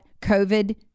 COVID